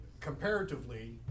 comparatively